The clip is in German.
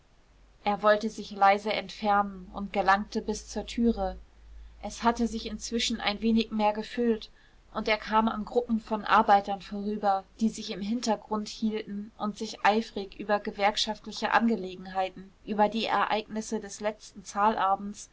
er wollte sich leise entfernen und gelangte bis zur türe es hatte sich inzwischen ein wenig mehr gefüllt und er kam an gruppen von arbeitern vorüber die sich im hintergrund hielten und sich eifrig über gewerkschaftliche angelegenheiten über die ereignisse des letzten